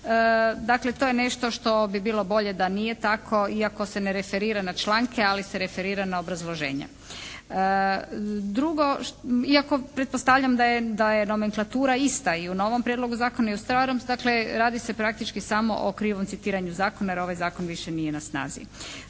Dakle to je nešto što bi bilo bolje da nije tako iako se ne referira na članke, ali se referira na obrazloženje. Drugo, iako pretpostavljam da je nomenklatura ista i u novom Prijedlogu zakona i u starom, dakle radi se praktički samo o krivom citiranju zakona jer ovaj Zakon više nije na snazi.